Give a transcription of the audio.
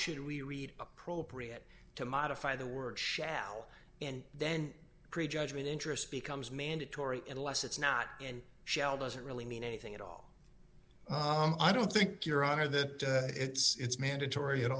should we read appropriate to modify the word shall and then prejudgment interest becomes mandatory unless it's not in shell doesn't really mean anything at all i don't think your honor that it's mandatory at